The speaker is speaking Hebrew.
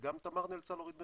וגם תמר נאלצה להוריד מחירים,